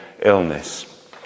illness